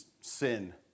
sin